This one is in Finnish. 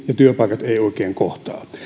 ja työpaikat eivät oikein kohtaa